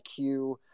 IQ